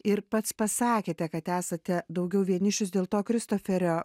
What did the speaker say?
ir pats pasakėte kad esate daugiau vienišius dėl to kristoferio